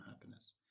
happiness